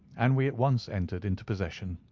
and we at once entered into possession.